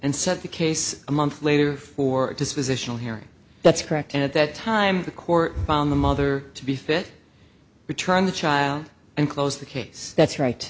and said the case a month later for dispositional hearing that's correct and at that time the court found the mother to be fit returned the child and close the case that's right